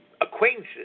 acquaintances